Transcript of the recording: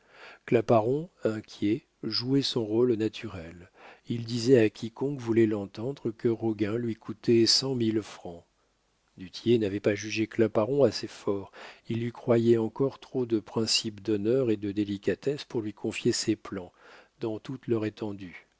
claparon inquiet jouait son rôle au naturel il disait à quiconque voulait l'entendre que roguin lui coûtait cent mille francs du tillet n'avait pas jugé claparon assez fort il lui croyait encore trop de principes d'honneur et de délicatesse pour lui confier ses plans dans toute leur étendue